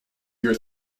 your